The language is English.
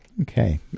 Okay